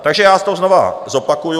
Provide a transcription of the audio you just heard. Takže já to znovu zopakuji.